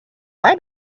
why